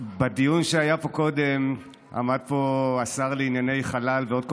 בדיון שהיה פה קודם עמד פה השר לענייני חלל ועוד כל